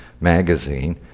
magazine